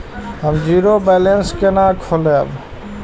हम zero balance केना खोलैब?